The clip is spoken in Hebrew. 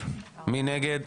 מי נגד?